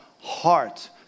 heart